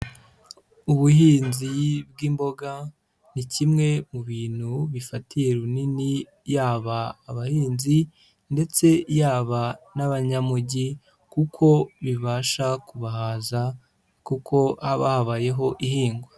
Ubuhinzi bw'imboga ni kimwe mu bintu bifatiye runini yaba abahinzi ndetse yaba n'abanyamugi kuko bibasha kubahaza kuko haba habayeho ihingwa.